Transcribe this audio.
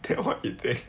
then what you think